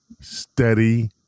steady